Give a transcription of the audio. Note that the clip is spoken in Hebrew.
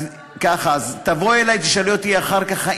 כמי שיושבת ומקשיבה לך.